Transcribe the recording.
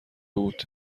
بود